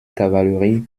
cavalerie